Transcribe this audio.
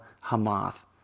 Hamath